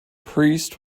priest